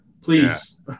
please